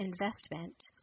investment